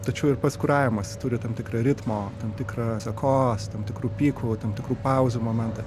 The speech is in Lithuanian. tačiau ir pats kuravimas turi tam tikrą ritmo tam tikrą sekos tam tikrų pikų tam tikrų pauzių momentą